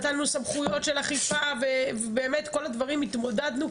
נתנו סמכויות של אכיפה ובאמת כל הדברים התמודדנו,